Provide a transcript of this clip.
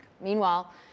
Meanwhile